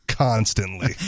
Constantly